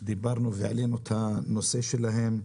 דיברנו והעלינו את הנושא שלהם,